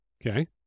Okay